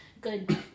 good